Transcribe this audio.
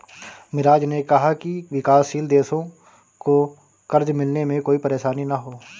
मिराज ने कहा कि विकासशील देशों को कर्ज मिलने में कोई परेशानी न हो